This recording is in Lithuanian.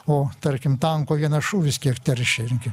o tarkim tanko vienas šūvis kiek teršia irgi